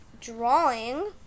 drawing